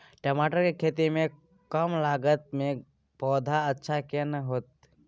टमाटर के खेती में कम लागत में पौधा अच्छा केना होयत छै?